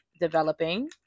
developing